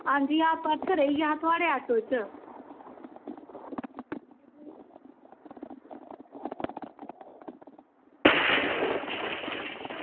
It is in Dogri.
हां जी हां पर्स रेही गेआ हा थुआढ़े आटो च